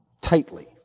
tightly